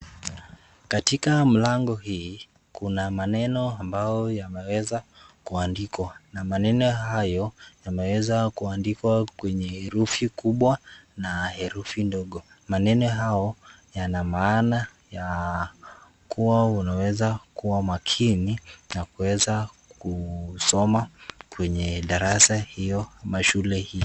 Katika mlango hii kuna maneno ambao yameweza kuandikwa na maneno hayo yameweza kuandikwa kwenye herufi kubwa na herufi ndogo. Maneno hao yana maana ya kuwa unaweza kuwa makini na kuweza kusoma kwenye darasa hiyo ama shule hii.